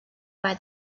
buy